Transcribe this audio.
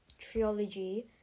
Trilogy